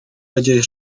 będzie